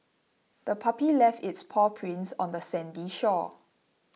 the puppy left its paw prints on the sandy shore